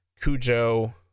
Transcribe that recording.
Cujo